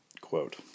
quote